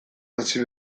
hasi